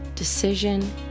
decision